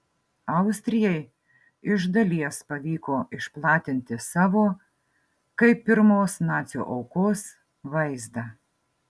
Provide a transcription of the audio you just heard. austrijai iš dalies pavyko išplatinti savo kaip pirmos nacių aukos vaizdą